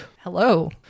hello